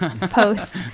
Post